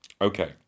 Okay